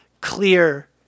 clear